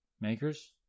Makers